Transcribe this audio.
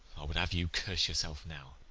i would have you curse yourself now,